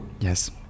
yes